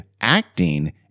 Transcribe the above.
acting